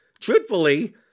truthfully